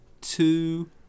two